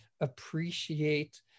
appreciate